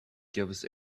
gives